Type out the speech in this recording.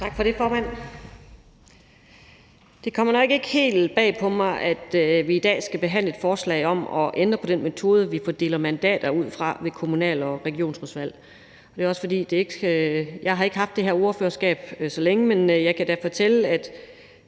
Tak for det, formand. Det kommer nok ikke helt bag på mig, at vi i dag skal behandle et forslag om at ændre på den metode, vi fordeler mandater ud fra ved kommunal- og regionsrådsvalg. Jeg har ikke haft det her ordførerskab så længe, men jeg kan da fortælle, at